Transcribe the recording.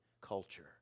culture